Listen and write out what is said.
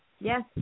Yes